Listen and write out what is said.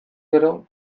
gero